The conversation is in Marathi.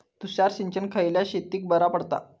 तुषार सिंचन खयल्या शेतीक बरा पडता?